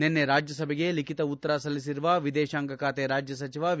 ನಿನ್ನೆ ರಾಜ್ಯಸಭೆಗೆ ಲಿಖಿತ ಉತ್ತರ ಸಲ್ಲಿಸಿರುವ ವಿದೇಶಾಂಗ ಖಾತೆ ರಾಜ್ಯ ಸಚಿವ ವಿ